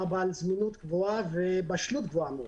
זמינות גבוהה ובשלות גבוהה,